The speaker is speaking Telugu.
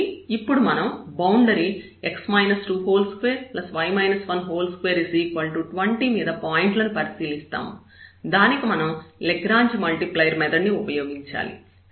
కాబట్టి ఇప్పుడు మనం బౌండరీ 2220 మీద పాయింట్లను పరిశీలిస్తాము దానికి మనం లాగ్రాంజ్ మల్టిప్లైయర్ మెథడ్ ని ఉపయోగించాలి